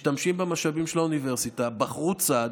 משתמשים במשאבים של האוניברסיטה, בחרו צד,